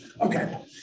Okay